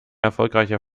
erfolgreicher